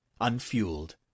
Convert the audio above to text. unfueled